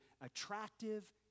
attractive